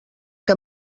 que